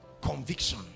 Conviction